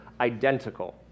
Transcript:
identical